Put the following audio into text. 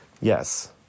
Yes